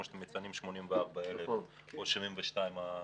אותם 84,000 או 72,000,